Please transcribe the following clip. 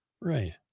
Right